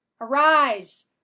arise